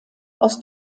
aus